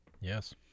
Yes